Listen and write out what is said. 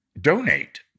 donate